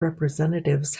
representatives